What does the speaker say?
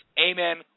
amen